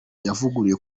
yavuguruwe